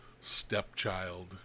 stepchild